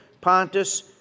Pontus